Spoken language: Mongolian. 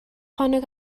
хоног